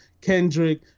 Kendrick